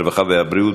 הרווחה והבריאות.